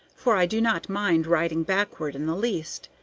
for i do not mind riding backward in the least,